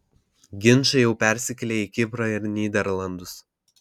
ginčai jau persikėlė į kiprą ir nyderlandus